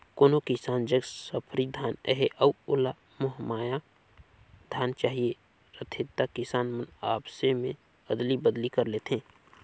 कोनो किसान जग सफरी धान अहे अउ ओला महमाया धान चहिए रहथे त किसान मन आपसे में अदली बदली कर लेथे